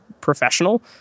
professional